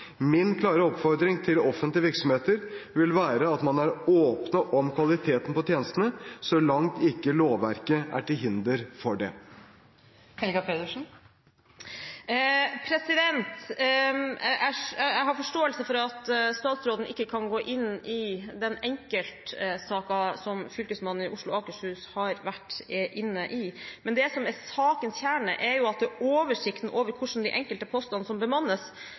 Min klare oppfordring til offentlige virksomheter vil være at man er åpen om kvaliteten på tjenestene så langt ikke lovverket er til hinder for det. Jeg har forståelse for at statsråden ikke kan gå inn i den enkeltsaken som Fylkesmannen i Oslo og Akershus har vært inne i, men det som er sakens kjerne, er jo at det er oversikten over hvordan de enkelte postene bemannes, som